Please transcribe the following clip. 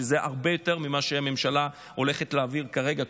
שזה הרבה יותר ממה שהממשלה הולכת להעביר כרגע.